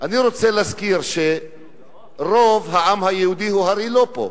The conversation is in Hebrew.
רוצה להזכיר שרוב העם היהודי הוא הרי לא פה,